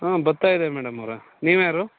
ಹಾಂ ಬರ್ತಾಯಿದೆ ಮೇಡಮ್ ಅವರೇ ನೀವು ಯಾರು